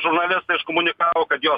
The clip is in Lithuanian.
žurnalistai iškomunikavo kad jos